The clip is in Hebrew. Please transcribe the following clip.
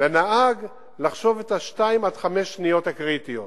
לנהג לחשוב על השתיים עד חמש השניות הקריטיות